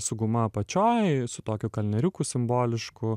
su guma apačioj su tokio kalnieriuku simbolišku